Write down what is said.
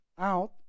out